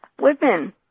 women